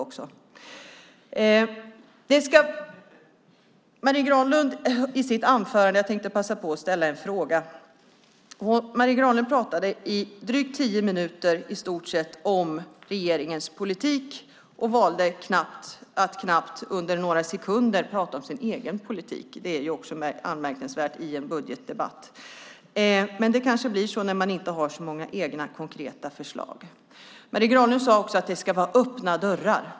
Jag ska passa på att ställa en fråga till Marie Granlund som i drygt tio minuter i stort sett bara pratade om regeringens politik. Knappt ens under några sekunder valde Marie Granlund att prata om den egna politiken. Också detta är anmärkningsvärt i en budgetdebatt. Men det blir kanske så när man inte har så många egna konkreta förslag. Marie Granlund sade också att det ska vara öppna dörrar.